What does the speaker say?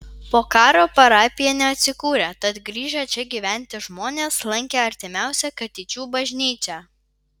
po karo parapija neatsikūrė tad grįžę čia gyventi žmonės lankė artimiausią katyčių bažnyčią